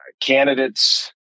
candidates